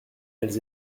elles